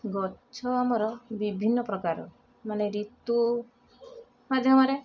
ଗଛ ଆମର ବିଭିନ୍ନ ପ୍ରକାର ମାନେ ଋତୁ ମାଧ୍ୟମରେ